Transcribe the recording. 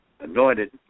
anointed